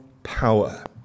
power